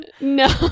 no